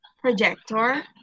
projector